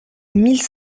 mille